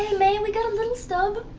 man, we got a little stub.